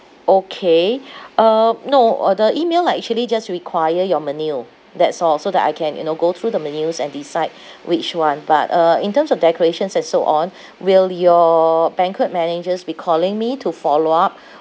okay um no uh the email I actually just require your menu that's all so that I can you know go through the menus and decide which [one] but uh in terms of decorations and so on will your banquet managers be calling me to follow up